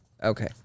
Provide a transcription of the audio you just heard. Okay